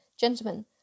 Gentlemen